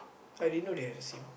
I didn't know they have the same